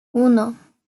uno